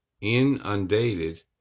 inundated